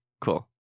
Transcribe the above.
cool